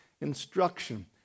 instruction